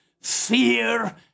fear